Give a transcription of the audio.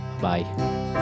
Bye